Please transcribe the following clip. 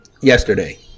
yesterday